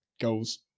goals